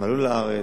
הם עלו לארץ,